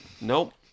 Nope